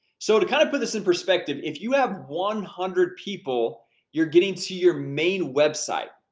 so to kind of put this in perspective, if you have one hundred people you're getting to your main website,